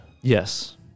yes